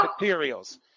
materials